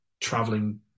traveling